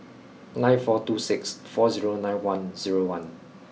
nine four two six four zero nine one zero one